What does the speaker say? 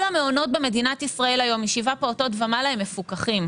המעונות במדינת ישראל היום משבעה פעוטות ומעלה הם מפוקחים.